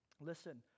Listen